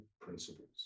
principles